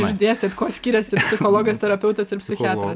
išdėstėt kuo skiriasi psichologas terapeutas ir psichiatras